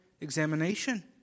examination